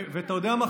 ואתה יודע מה,